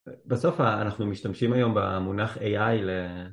בסוף אנחנו משתמשים היום במונח AI ל